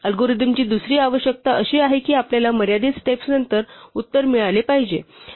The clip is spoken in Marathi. अल्गोरिदम ची दुसरी आवश्यकता अशी आहे की आपल्याला मर्यादित स्टेप्सनंतर उत्तर मिळाले पाहिजे